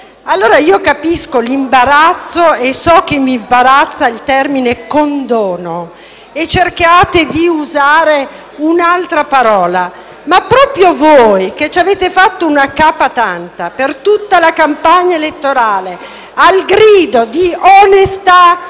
Io capisco l’imbarazzo e so che vi imbarazza il termine «condono» e che cercate di usare un’altra parola. Ma proprio voi, che ci avete fatto “una capa tanta” per tutta la campagna elettorale al grido di «onestà»,